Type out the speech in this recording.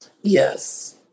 Yes